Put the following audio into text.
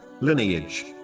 lineage